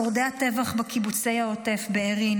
שורדי הטבח בקיבוצי העוטף בארי,